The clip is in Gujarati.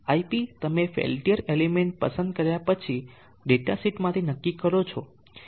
iP તમે પેલ્ટીઅર એલિમેન્ટ પસંદ કર્યા પછી ડેટા શીટમાંથી નક્કી કરી શકો છો